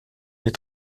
des